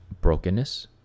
brokenness